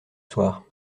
soir